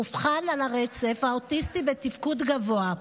אובחן על הרצף האוטיסטי בתפקוד גבוה.